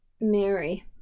Mary